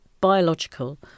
biological